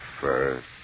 first